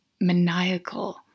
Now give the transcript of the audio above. maniacal